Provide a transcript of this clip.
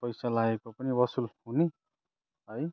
पैसा लागेको पनि वसुल हुने है